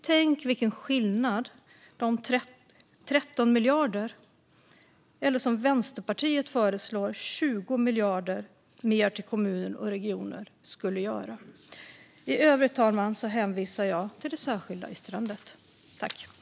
Tänk vilken skillnad 13 miljarder - eller, som Vänsterpartiet föreslår, 20 miljarder - mer till kommuner och regioner skulle göra! I övrigt hänvisar jag till det särskilda yttrandet, fru talman.